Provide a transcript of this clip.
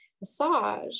massage